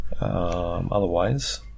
Otherwise